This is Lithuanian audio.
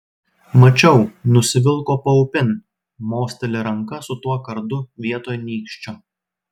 mačiau nusivilko paupin mosteli ranka su tuo kardu vietoj nykščio